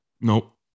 Nope